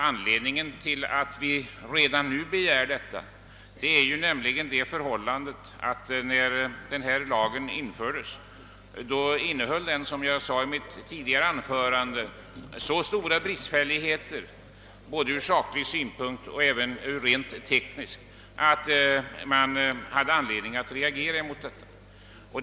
Anledningen till att vi nu föreslår detta är det förhållandet att denna lag när den infördes innehöll — som jag sade i mitt tidigare anförande — så stora bristfälligheter från både saklig och rent teknisk synpunkt att man måste reagera däremot.